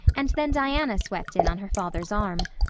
and then diana swept in on her father's arm.